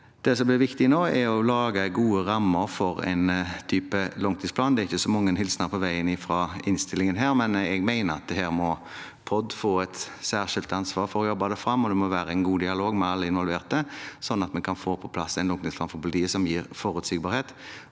Det som blir viktig nå, er å lage gode rammer for en type langtidsplan. Det er ikke så mange hilsener på veien fra innstillingen her, men jeg mener at her må POD få et særskilt ansvar for å arbeide det fram. Det må være en god dialog med alle involverte, sånn at vi kan få på plass en langtidsplan for politiet som gir forutsigbarhet,